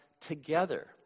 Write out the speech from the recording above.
together